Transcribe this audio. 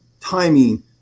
timing